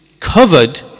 covered